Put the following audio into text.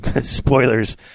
spoilers